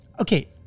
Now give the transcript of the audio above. okay